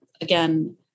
again